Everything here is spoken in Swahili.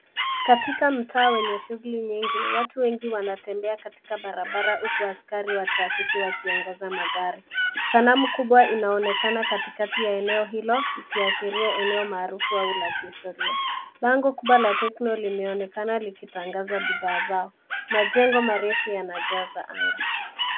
Katika mtaa wenye shughuli nyingi watu wengi wanatembea katika barabara huku askari wa trafiki wakiongoza magari. Sanamu kubwa inaonekana katikati ya eneo hilo likiashiria eneo maarufu au la kihistoria. Bango kubwa la tecno limeonekana likitangaza bidhaa zao. Majengo marefu yanayaza anga.